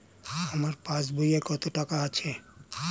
আমার পাস বইয়ে কত টাকা আছে?